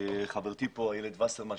חברתי איילת וסרמן,